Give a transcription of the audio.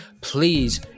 please